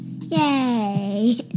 Yay